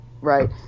right